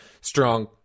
strong